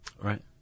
Right